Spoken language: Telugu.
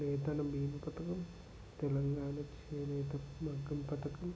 నేతన భీమ పథకం తెలంగాణ చేనేత మగ్గం పథకం